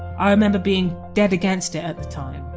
i remember being dead against it at the time.